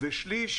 ושליש